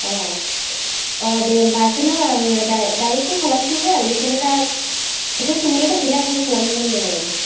दे होमबा बेखौनो आङो दाय दायो कल खालामफिनगोन बेखायनो दा बेखौ सोंहरनो थाखायनो आं दा कल खालामदोंमोन आरो